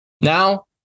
Now